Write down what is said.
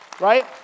right